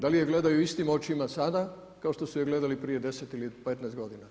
Da li je gledaju istim očima sada kao što su je gledali prije 10 ili 15 godina?